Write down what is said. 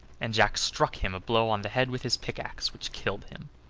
and jack struck him a blow on the head with his pickaxe which killed him.